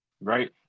right